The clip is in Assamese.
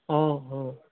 অঁ অঁ